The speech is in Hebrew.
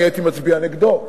אני הייתי מצביע נגדו,